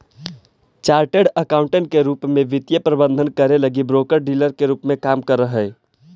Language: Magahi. चार्टर्ड अकाउंटेंट के रूप में वे वित्तीय प्रबंधन करे लगी ब्रोकर डीलर के रूप में काम करऽ हई